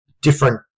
different